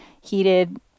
heated